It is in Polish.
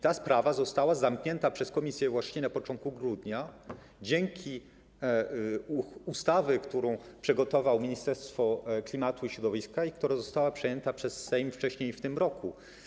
Ta sprawa została zamknięta przez Komisję właśnie na początku grudnia dzięki ustawie, którą przygotowało Ministerstwo Klimatu i Środowiska i która została przyjęta przez Sejm wcześniej w tym roku.